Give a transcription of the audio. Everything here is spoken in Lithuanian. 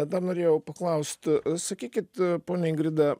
tada norėjau paklausti sakykit ponia ingrida